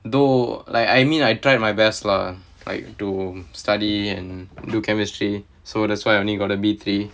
though like I mean I try my best lah like to study and do chemistry so that's why I only got a B three